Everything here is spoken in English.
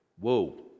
whoa